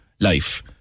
life